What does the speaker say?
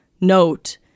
note